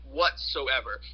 whatsoever